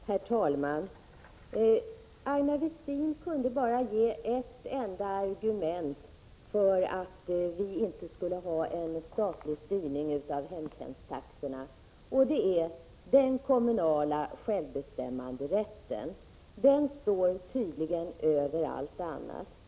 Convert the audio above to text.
Herr talman! Aina Westin kunde bara ge ett enda argument för att vi inte skulle ha en statlig styrning av hemtjänsttaxorna, och det är den kommunala självbestämmanderätten. Den står tydligen över allt annat.